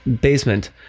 basement